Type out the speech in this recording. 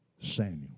Samuel